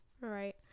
Right